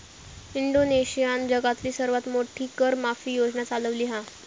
इंडोनेशियानं जगातली सर्वात मोठी कर माफी योजना चालवली हा